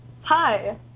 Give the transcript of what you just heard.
hi